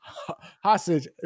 hostage